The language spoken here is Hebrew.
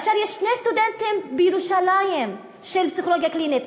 יש שני סטודנטים בירושלים לפסיכולוגיה קלינית,